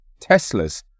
Teslas